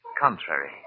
contrary